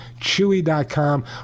Chewy.com